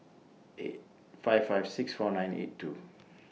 eight five five six four nine eight two